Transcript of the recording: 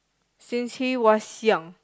since he was young